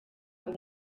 uba